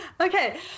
Okay